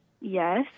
Yes